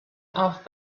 off